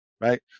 right